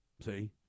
See